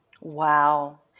Wow